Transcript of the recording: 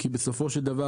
כי בסופו של דבר,